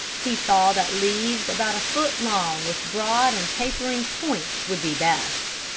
he saw that leaves about a foot long with broad and tapering points would be best.